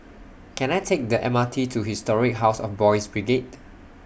Can I Take The M R T to Historic House of Boys' Brigade